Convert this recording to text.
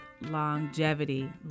longevity